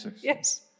Yes